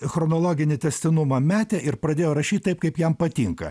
chronologinį tęstinumą metė ir pradėjo rašyt taip kaip jam patinka